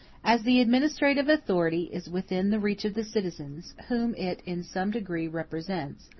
as the administrative authority is within the reach of the citizens, whom it in some degree represents,